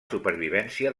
supervivència